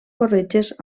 corretges